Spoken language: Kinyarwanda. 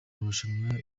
marushanwa